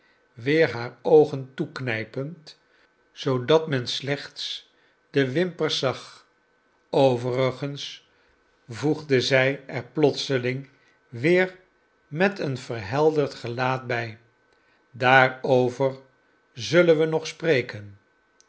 weer haar oogen toeknijpend zoodat men slechts de wimpels zag overigens voegde zij er plotseling weer met een verhelderd gelaat bij daarover zullen we nog spreken